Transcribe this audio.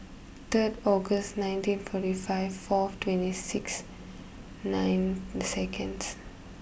third August nineteen forty five four twenty six nine seconds